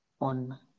on